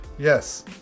Yes